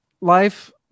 life